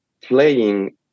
playing